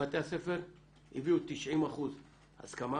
בתי הספר הביאו 90% הסכמה,